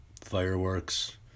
fireworks